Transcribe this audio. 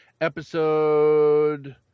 episode